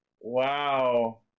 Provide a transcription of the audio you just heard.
Wow